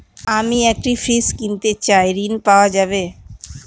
আমি একটি ফ্রিজ কিনতে চাই ঝণ পাওয়া যাবে?